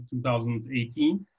2018